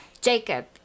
jacob